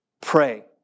pray